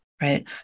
right